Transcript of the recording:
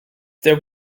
der